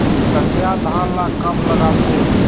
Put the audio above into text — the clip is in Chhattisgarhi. सठिया धान ला कब लगाथें?